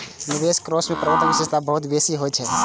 निवेश कोष मे प्रबंधन विशेषज्ञता बहुत बेसी होइ छै